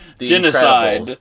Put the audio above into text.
Genocide